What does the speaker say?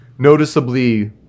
Noticeably